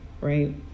right